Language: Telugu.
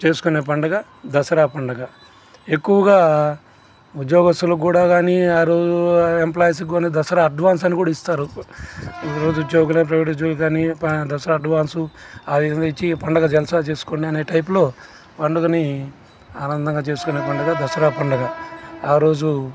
చేసుకునే పండగ దసరా పండుగ ఎక్కువగా ఉద్యోగస్తులకు కూడా కానీ ఆరోజు ఎంప్లాయిస్ కూడా దసరా అడ్వాన్స్ అని కూడా ఇస్తారు ఒకరోజు ప్రైవేట్ ఉద్యోగులకు కానీ దసరా అడ్వాన్సు ఐదు వేలు ఇచ్చి పండగను జల్సా చేసుకోండి అన్నా టైప్లో పండుగని ఆనందంగా చేసుకునే పండుగ దసరా పండగ ఆరోజు